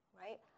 right